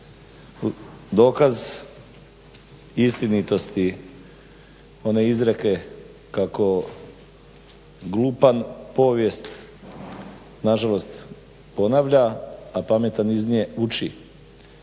dokaz istinitosti one izreke kako glupan povijest nažalost ponavlja, a pametan iz nje uči.